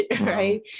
right